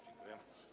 Dziękuję.